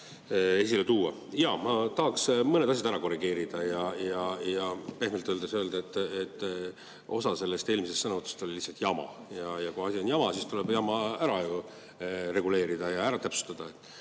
Ma tahaksin mõned asjad ära korrigeerida ja pehmelt öeldes öelda, et osa sellest eelmisest sõnavõtust oli lihtsalt jama. Ja kui asi on jama, siis tuleb ju see jama ära reguleerida ja ära täpsustada.